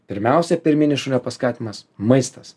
pirmiausia pirminis šunio paskatinimas maistas